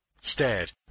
stared